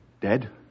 Dead